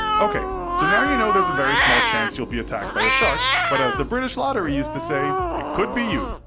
ok, so now you know there's a very small chance you'll be attacked by a shark, but as the british lottery used to say, it could be you.